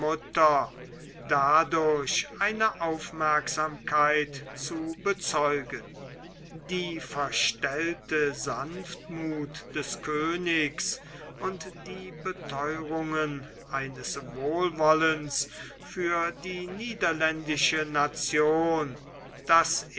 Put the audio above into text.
dadurch eine aufmerksamkeit zu bezeigen die verstellte sanftmuth des königs und die betheuerungen eines wohlwollens für die niederländische nation das